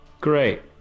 Great